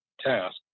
task